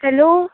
hello